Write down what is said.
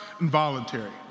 involuntary